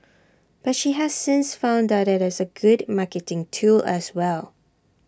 but she has since found that IT is A good marketing tool as well